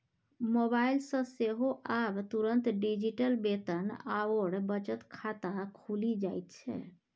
mobile सँ सेहो आब तुरंत डिजिटल वेतन आओर बचत खाता खुलि जाइत छै